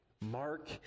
Mark